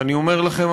ואני אומר לכם,